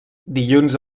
dilluns